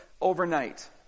overnight